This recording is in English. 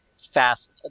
Fast